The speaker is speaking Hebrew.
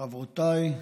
חברותיי,